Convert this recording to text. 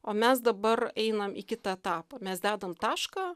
o mes dabar einam į kitą etapą mes dedam tašką